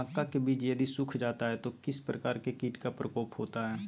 मक्का के बिज यदि सुख जाता है तो किस प्रकार के कीट का प्रकोप होता है?